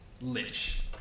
lich